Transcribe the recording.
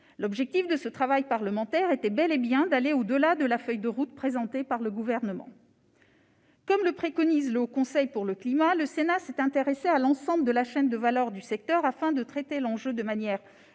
L'objectif de ce travail parlementaire était bel et bien d'aller au-delà de la feuille de route présentée par le Gouvernement. Comme le préconise le Haut Conseil pour le climat, le Sénat s'est intéressé à l'ensemble de la chaîne de valeur du secteur afin de traiter l'enjeu de manière globale.